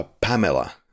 Pamela